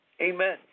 Amen